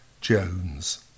Jones